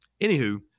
anywho